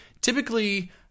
typically